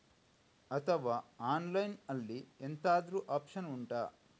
ಅಥವಾ ಆನ್ಲೈನ್ ಅಲ್ಲಿ ಎಂತಾದ್ರೂ ಒಪ್ಶನ್ ಉಂಟಾ